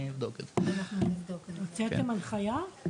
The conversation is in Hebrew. אתם הוצאתם הנחייה?